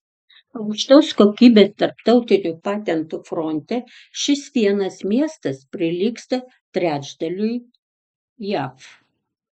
aukštos kokybės tarptautinių patentų fronte šis vienas miestas prilygsta trečdaliui jav